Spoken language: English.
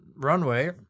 Runway